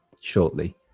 shortly